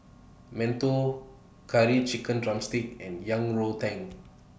mantou Curry Chicken Drumstick and Yang Rou Tang